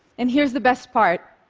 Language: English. and here's the best part